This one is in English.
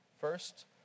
First